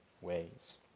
ways